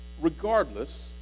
Regardless